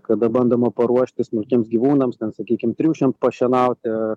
kada bandoma paruošti smulkiems gyvūnams ten sakykim triušiam pašienauti